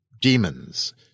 Demons